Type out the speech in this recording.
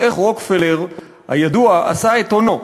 על איך רוקפלר הידוע עשה את הונו: